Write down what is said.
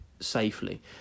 Safely